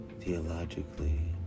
theologically